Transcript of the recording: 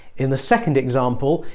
in the second example,